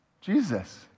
Jesus